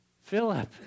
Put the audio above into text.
Philip